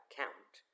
count